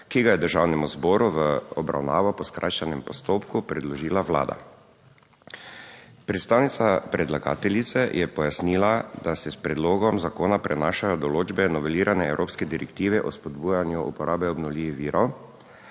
ki ga je Državnemu zboru v obravnavo po skrajšanem postopku predložila Vlada. Predstavnica predlagateljice je pojasnila, da se s predlogom zakona prenašajo določbe novelirane evropske direktive o spodbujanju uporabe obnovljivih virov,